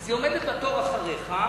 היא עומדת בתור אחריך,